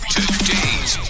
Today's